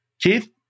Keith